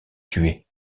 tuer